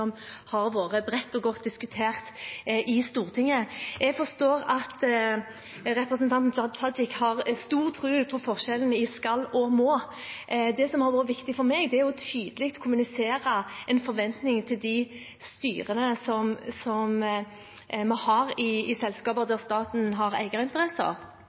har vært bredt og godt diskutert i Stortinget. Jeg forstår at representanten Hadia Tajik har stor tro på forskjellen mellom «skal» og «må». Det som har vært viktig for meg, er å tydelig kommunisere en forventning til styrene i de selskapene som staten har eierinteresser i.